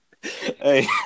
Hey